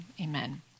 Amen